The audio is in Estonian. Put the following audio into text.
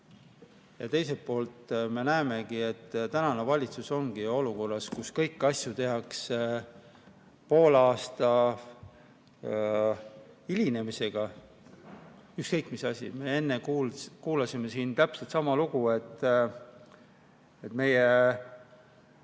ja teiselt poolt me näeme, et tänane valitsus ongi olukorras, kus kõiki asju tehakse pooleaastase hilinemisega. Ükskõik, mis asi. Me enne kuulsime siin täpselt sama lugu, et meie